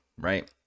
right